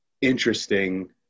interesting